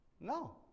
No